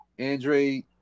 Andre